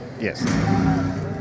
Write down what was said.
Yes